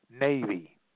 Navy